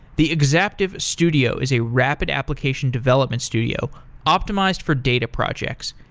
the exaptive studio is a rapid application development studio optimized for data projects.